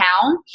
town